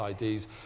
IDs